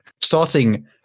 starting